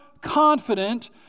confident